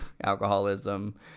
alcoholism